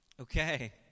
Okay